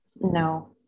no